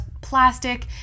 plastic